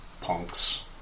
punks